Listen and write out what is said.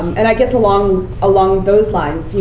and i guess along along those lines,